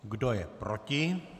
Kdo je proti?